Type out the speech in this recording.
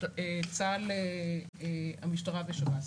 המשטרה ושב"ס.